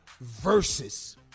versus